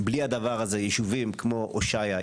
בלי הדבר הזה יישובים כמו הושעיה,